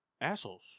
assholes